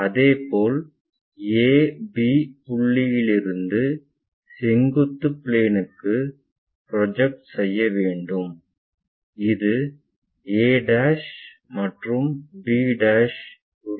அதேபோல் A B புள்ளியிலிருந்து செங்குத்து பிளேன்க்கு ப்ரொஜெக்ஷன் செய்ய வேண்டும் இது a மற்றும் b உருவாக்கும்